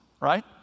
right